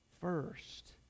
first